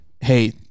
hey